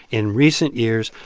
in recent years,